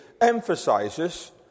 emphasizes